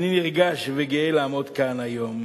אני נרגש וגאה לעמוד כאן היום